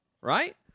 right